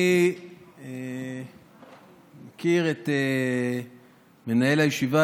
אני מכיר את מנהל הישיבה,